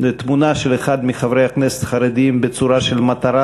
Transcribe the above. ותמונה של אחד מחברי הכנסת החרדים בצורה של מטרה